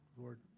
Lord